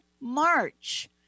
March